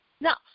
Now